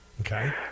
Okay